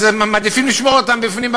אז מעדיפים לשמור אותם בפנים,